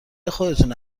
خودتونه